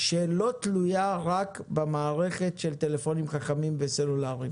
שלא תלויה רק במערכת של טלפונים חכמים וסלולריים